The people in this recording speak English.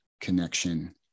connection